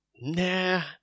Nah